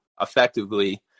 effectively